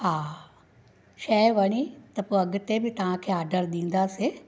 हा शइ वणी त पोइ अॻिते बि तव्हां खे ऑर्डरु ॾींदासीं